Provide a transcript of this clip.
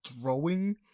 throwing